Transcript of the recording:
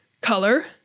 color